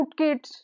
rootkits